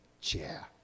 chair